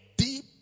deep